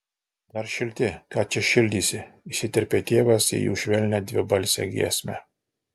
dar šilti ką čia šildysi įsiterpė tėvas į jų švelnią dvibalsę giesmę